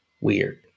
weird